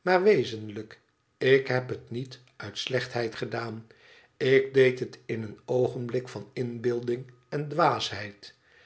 maar wezenlijk ik heb het niet uit slechtheid gedaan ik deed het in een oogenblik van inbeelding en dwaasheid